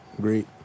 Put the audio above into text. great